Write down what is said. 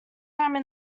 time